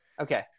Okay